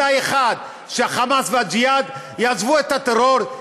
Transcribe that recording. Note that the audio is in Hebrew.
בתנאי אחד: שהחמאס והג'יהאד יעזבו את הטרור,